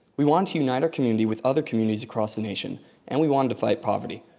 we wanted to unite our community with other communities across the nation and we wanted to fight poverty.